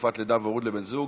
תקופת לידה והורות לבן-זוג),